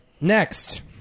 next